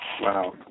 Wow